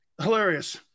Hilarious